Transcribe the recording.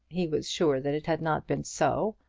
he was sure that it had not been so.